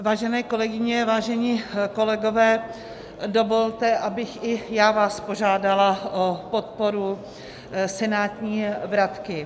Vážené kolegyně, vážení kolegové, dovolte, abych i já vás požádala o podporu senátní vratky.